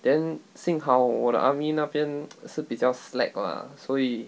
then 幸好我的 army 那边是比较 slack lah 所以